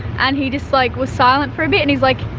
and he just like, was silent for a bit, and he's like,